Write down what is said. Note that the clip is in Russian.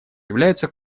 являются